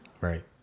Right